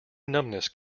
numbness